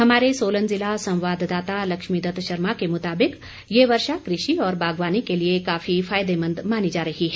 हमारे सोलन जिला वाददाता लक्ष्मी दत्त शर्मा के मुताबिक ये वर्षा कृषि और बागवानी के लिए काफी फायदेमंद मानी जा रही है